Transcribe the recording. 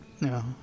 No